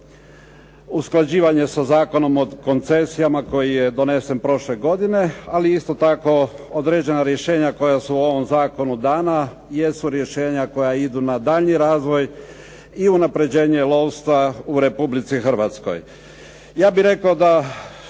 usklađivanje sa Zakonom o koncesijama koji je donesen prošle godine, ali isto tako određena rješenja koja su u ovom zakonu dana jesu rješenja koja idu na daljnji razvoj i unapređenje lovstva u Republici Hrvatskoj. Ja bih rekao da